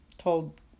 told